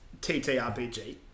TTRPG